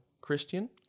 Christian